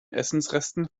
essensresten